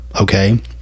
okay